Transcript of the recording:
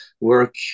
work